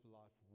life